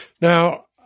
Now